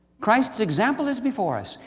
christ's example is before us.